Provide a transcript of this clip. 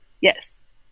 Yes